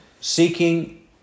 seeking